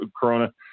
corona